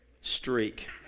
streak